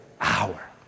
hour